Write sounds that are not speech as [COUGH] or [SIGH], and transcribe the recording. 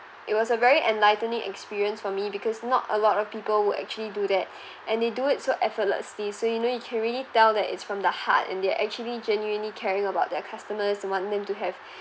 it was a very enlightening experience for me because not a lot of people would actually do that [BREATH] and they do it so effortlessly so you know you can really tell that it's from the heart and they're actually genuinely caring about their customers wanted them to have